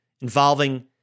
involving